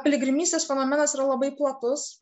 piligrimystės fenomenas yra labai platus